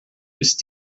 ist